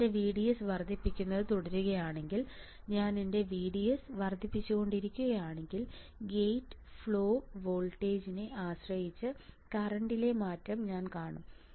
ഞാൻ എന്റെ VDS വർദ്ധിപ്പിക്കുന്നത് തുടരുകയാണെങ്കിൽ ഞാൻ എന്റെ വിഡിഎസ് വർദ്ധിപ്പിച്ചുകൊണ്ടിരിക്കുകയാണെങ്കിൽ ഗേറ്റ് ഫ്ലോ വോൾട്ടേജിനെ ആശ്രയിച്ച് കറന്റിലെ മാറ്റം ഞാൻ കാണും